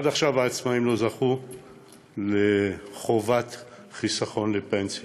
עד כה העצמאים לא זכו לחובת חיסכון לפנסיה.